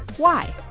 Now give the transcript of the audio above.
why?